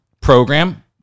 program